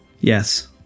Yes